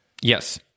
Yes